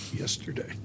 yesterday